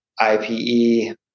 IPE